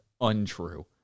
untrue